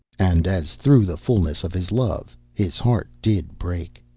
and as through the fulness of his love his heart did break,